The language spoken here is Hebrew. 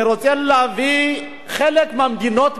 אני רוצה להביא חלק מהמדינות בעולם,